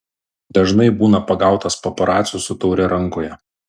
dažnai būna pagautas paparacių su taure rankoje